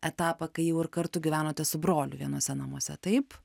etapą kai jau ir kartu gyvenote su broliu vienuose namuose taip